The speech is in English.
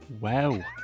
Wow